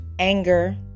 Anger